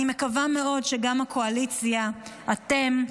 אני מקווה מאוד שגם הקואליציה, אתם,